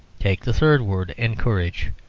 take the third word, encourage.